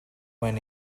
when